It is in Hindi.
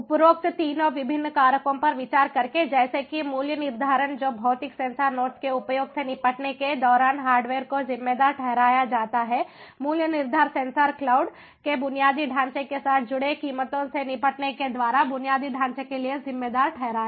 उपरोक्त तीनों विभिन्न कारकों पर विचार करके जैसे कि मूल्य निर्धारण जो भौतिक सेंसर नोड्स के उपयोग से निपटने के दौरान हार्डवेयर को जिम्मेदार ठहराया जाता है मूल्य निर्धारण सेंसर क्लाउड के बुनियादी ढांचे के साथ जुड़े कीमतों से निपटने के द्वारा बुनियादी ढांचे के लिए जिम्मेदार ठहराया